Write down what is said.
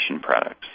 products